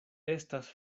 estas